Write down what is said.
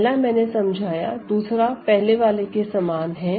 पहला मैंने समझाया दूसरा पहले वाले के समान है